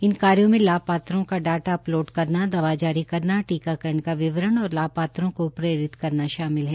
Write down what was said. इन कार्यो में लाभपात्रों का डाटा अपलोड करना दवा जारी करना टीकाकरण का विवरण और लाभापात्रों को प्रेरित करना शामिल है